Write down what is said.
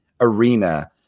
arena